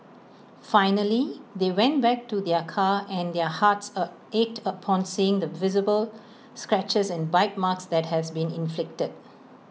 finally they went back to their car and their hearts A ached upon seeing the visible scratches and bite marks that had been inflicted